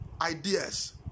ideas